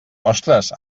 ostres